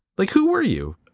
like, who were you?